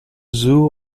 zoo